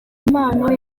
impano